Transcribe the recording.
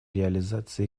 реализации